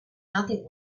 nothing